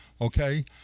Okay